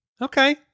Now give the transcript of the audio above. Okay